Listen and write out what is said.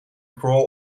crawl